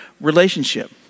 relationship